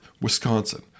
Wisconsin